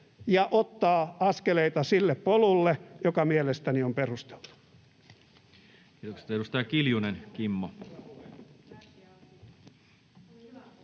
ja ottaa askeleita sille polulle, joka mielestäni on perusteltu. Kiitokset.